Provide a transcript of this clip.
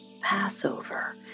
Passover